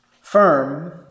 firm